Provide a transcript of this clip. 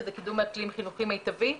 שזה קידום אקלים חינוכי מיטבי.